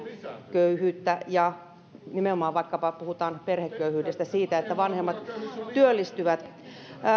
köyhyyttä kun puhutaan nimenomaan vaikkapa perheköyhyydestä siitä että vanhemmat työllistyvät